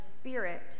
Spirit